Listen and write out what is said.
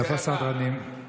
איפה הסדרנים?